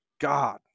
god